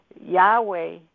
Yahweh